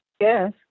Yes